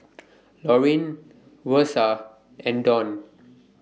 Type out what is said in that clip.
Laurene Versa and Donn